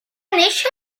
néixer